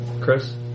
Chris